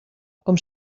com